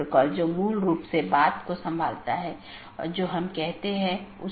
वोह इसको यह ड्रॉप या ब्लॉक कर सकता है एक पारगमन AS भी होता है